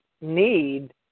need